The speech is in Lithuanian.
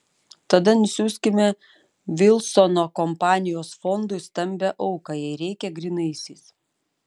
tada nusiųskime vilsono kampanijos fondui stambią auką jei reikia grynaisiais